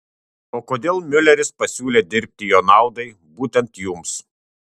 o kodėl miuleris pasiūlė dirbti jo naudai būtent jums